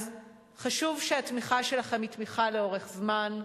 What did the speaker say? אז חשוב שהתמיכה שלכם היא תמיכה לאורך זמן,